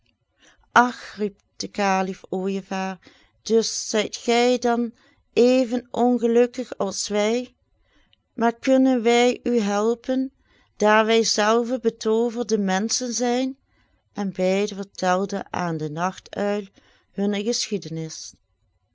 ach riep de kalif ooijevaar dus zijt gij dan even ongelukkig als wij maar kunnen wij u helpen daar wij zelven betooverde menschen zijn en beiden vertelden aan den nachtuil hunne geschiedenis